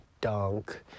dunk